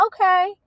okay